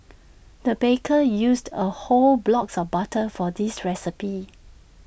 the baker used A whole blocks of butter for this recipe